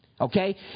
Okay